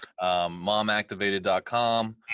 momactivated.com